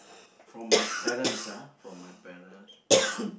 from my parents ah from my parents